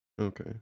okay